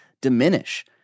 diminish